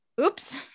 Oops